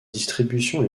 distribution